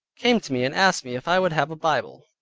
came to me, and asked me, if i would have a bible,